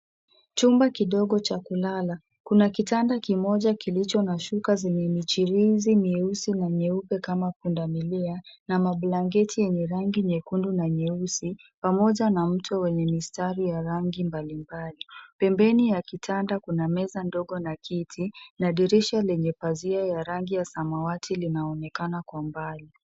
Chumba kidogo cha kulala. Kuna kitanda kimoja kilicho na shuka zenye michirizi mieusi na mieupe kama pundamilia na mablanketi yenye rangi nyekundu na nyeusi pamoja na mto wenye mistari ya rangi mbalimbali. Pembeni ya kitanda kuna meza ndogo na kiti na dirisha lenye pazia ya rangi ya samawati linaonekana kwa mbali.